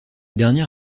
dernier